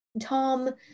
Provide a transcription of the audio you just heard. Tom